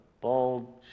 bald